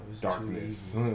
darkness